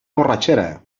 borratxera